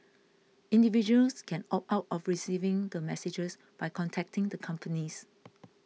individuals can opt out of receiving the messages by contacting the companies